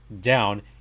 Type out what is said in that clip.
down